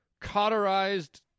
cauterized